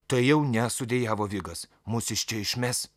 tai jau ne sudejavo vigas mus iš čia išmes